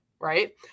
right